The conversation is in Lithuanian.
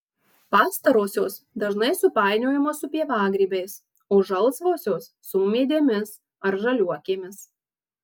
pastarosios dažnai supainiojamos su pievagrybiais o žalsvosios su ūmėdėmis ar žaliuokėmis